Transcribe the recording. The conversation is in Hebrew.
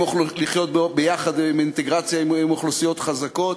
יוכלו לחיות באינטגרציה עם אוכלוסיות חזקות.